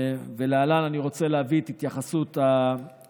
ולהלן אני רוצה להביא את התייחסות המינהל.